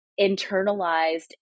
internalized